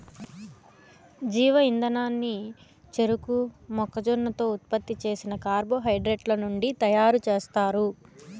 జీవ ఇంధనాన్ని చెరకు, మొక్కజొన్నతో ఉత్పత్తి చేసిన కార్బోహైడ్రేట్ల నుంచి తయారుచేస్తారు